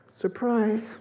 Surprise